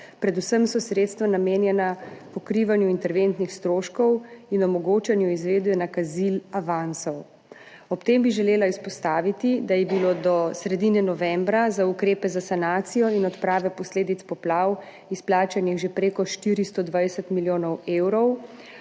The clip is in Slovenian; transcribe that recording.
predvsem so sredstva namenjena pokrivanju interventnih stroškov in omogočanju izvedbe nakazil avansov. Ob tem bi želela izpostaviti, da je bilo do sredine novembra za ukrepe za sanacijo in odprave posledic poplav izplačanih že prek 420 milijonov evrov,